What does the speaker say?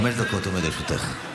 חמש דקות עומדות לרשותך.